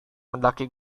mendaki